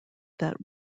that